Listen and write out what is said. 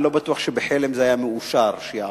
אני לא בטוח שבחלם היה מאושר שזה יעבור.